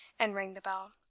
and rang the bell.